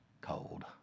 cold